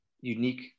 unique